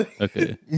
Okay